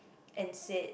and said